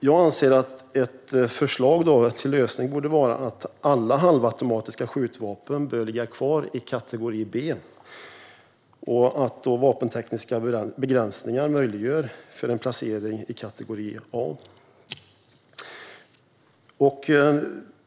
Jag anser att ett förslag till lösning borde vara att alla halvautomatiska skjutvapen bör ligga kvar i kategori B och att vapentekniska begränsningar möjliggör en placering i kategori A.